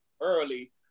early